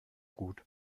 gut